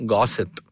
Gossip